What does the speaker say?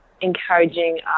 encouraging